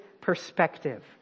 perspective